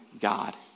God